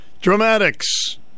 Dramatics